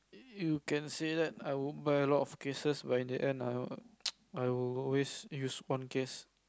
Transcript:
you can say that I won't buy a lot of cases but in the end ah I will always use one case